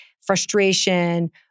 frustration